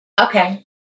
Okay